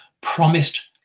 promised